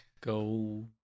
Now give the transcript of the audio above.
Go